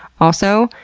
also,